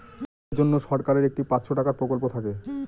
দরিদ্রদের জন্য সরকারের একটি পাঁচশো টাকার প্রকল্প থাকে